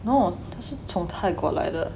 no 她是从泰国来的